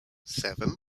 seven